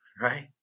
right